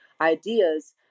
ideas